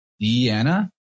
Diana